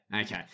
Okay